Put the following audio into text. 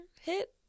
hit